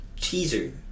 teaser